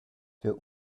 für